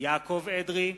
יעקב אדרי,